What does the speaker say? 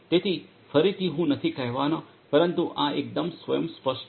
તેથી ફરીથી હું નથી કહેવાનો પરંતુ આ એકદમ સ્વયં સ્પષ્ટ છે